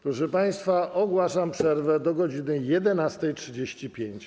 Proszę państwa, ogłaszam przerwę do godz. 11.35.